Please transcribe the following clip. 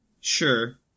Sure